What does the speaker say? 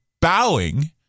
bowing